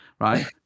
right